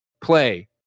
play